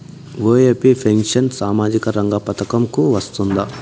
OAP pension సామాజిక రంగ పథకం కు వస్తుందా?